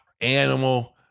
Animal